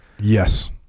Yes